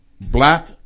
black